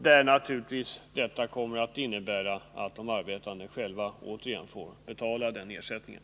Det skulle innebära att de arbetande själva får betala den ersättningen.